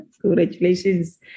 Congratulations